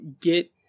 get